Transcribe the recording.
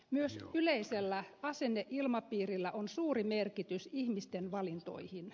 myös yleisellä asenneilmapiirillä on suuri merkitys ihmisten valintoihin